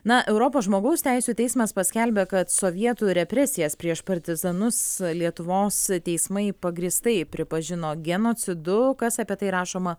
na europos žmogaus teisių teismas paskelbė kad sovietų represijas prieš partizanus lietuvos teismai pagrįstai pripažino genocidu kas apie tai rašoma